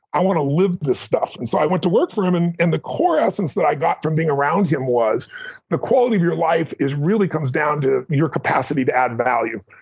i want to live this stuff. and so i went to work for him, and and the core essence that i got from being around him was the quality of your life really comes down to your capacity to add value,